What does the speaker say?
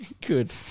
good